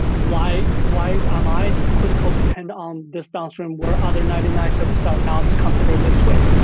why why am i critical dependent on this downstream, where other ninety nine service are not considered this way?